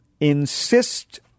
insist